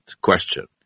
question